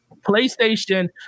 PlayStation